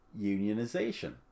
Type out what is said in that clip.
unionization